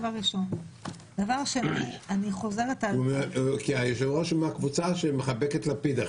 כי היושב-ראש הוא מהקבוצה שמחבקת את לפיד.